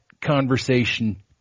conversation